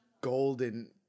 golden